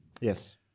Yes